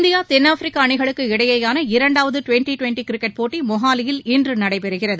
India தென்னாப்பிரிக்கா அணிகளுக்கு இடையோன இரண்டாவதுடுவன்டிடுவன்டிகிரிக்கெட் போட்டிமொஹாலியில் இன்றுநடைபெறுகிறது